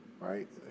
Right